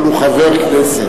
אבל הוא חבר הכנסת.